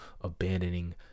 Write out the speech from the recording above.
abandoning